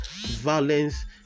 violence